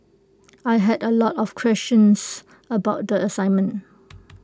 I had A lot of questions about the assignment